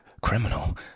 Criminal